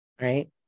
right